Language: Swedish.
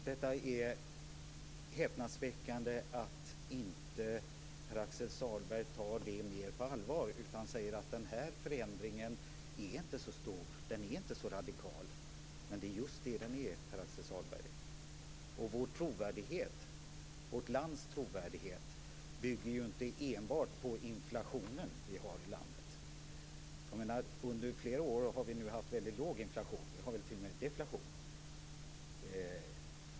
Det är häpnadsväckande att Pär Axel Sahlberg inte tar detta på större allvar utan säger att den här förändringen inte är så stor och radikal, men det är just det som den är, Pär Axel Sahlberg. Vårt lands trovärdighet bygger ju inte enbart på den inflation som vi har. Vi har nu under flera år haft en väldigt låg inflation. Vi har väl t.o.m. deflation.